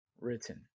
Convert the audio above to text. Written